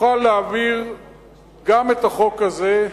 תוכל להעביר גם את החוק הזה.